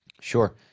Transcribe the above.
Sure